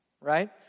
Right